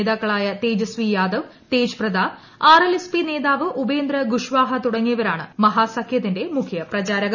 നേതാക്കളായ Tejashwi Yadav Tejpratap R L S P നേതാവ് ഉപേന്ദ്ര ഖുശ്വാഹ തുടങ്ങിയവരാണ് മഹാസഖ്യത്തിന്റെ മുഖ്യ പ്രചാരകർ